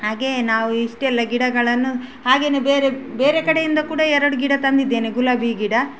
ಹಾಗೆಯೇ ನಾವು ಇಷ್ಟೆಲ್ಲ ಗಿಡಗಳನ್ನು ಹಾಗೆಯೇ ಬೇರೆ ಬೇರೆ ಕಡೆಯಿಂದ ಕೂಡ ಎರಡು ಗಿಡ ತಂದಿದ್ದೇನೆ ಗುಲಾಬಿ ಗಿಡ